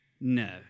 No